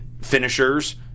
finishers